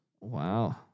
Wow